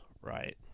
right